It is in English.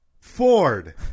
Ford